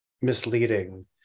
misleading